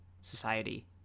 society